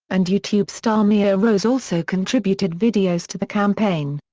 and youtube star mia rose also contributed videos to the campaign.